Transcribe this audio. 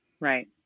Right